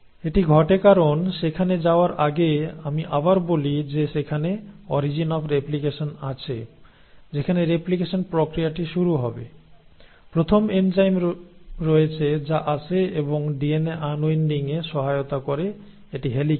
এটি ঘটে কারণ সেখানে যাওয়ার আগে আমি আবার বলি যে সেখানে অরিজিন অফ রেপ্লিকেশন আছে যেখানে রেপ্লিকেশন প্রক্রিয়াটি শুরু হবে প্রথম এনজাইম রয়েছে যা আসে এবং ডিএনএ আনডাইন্ডিংয়ে সহায়তা করে এটি হেলিক্যাস